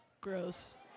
gross